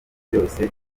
byose